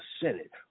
Senate